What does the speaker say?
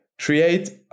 create